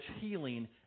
healing